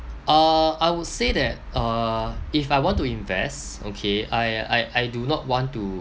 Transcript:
uh I would say that uh if I want to invest okay I I I do not want to